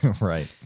Right